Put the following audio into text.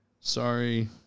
sorry